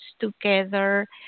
together